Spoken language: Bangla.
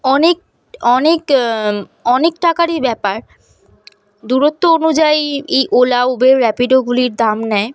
অনেক অনেক অনেক টাকারই ব্যাপার দূরত্ব অনুযায়ী এই ওলা উবের র্যাপিডোগুলির দাম নেয়